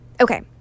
Okay